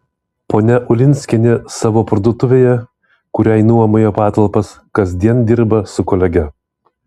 ponia ulinskienė savo parduotuvėje kuriai nuomoja patalpas kasdien dirba su kolege